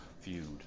feud